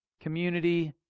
community